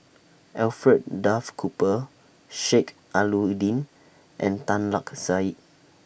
Alfred Duff Cooper Sheik Alau'ddin and Tan Lark Sye